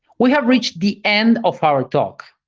we have reached the end of our talk.